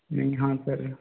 नहीं हाँ सर